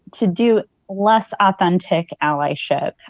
to do less authentic allyship?